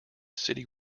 city